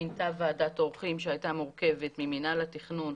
מינתה ועדת עורכים שהייתה מורכבת ממינהל התכנון,